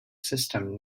system